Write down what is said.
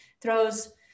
throws